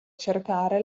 cercare